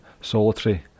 solitary